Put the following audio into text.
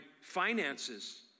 finances